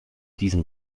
diesem